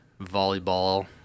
volleyball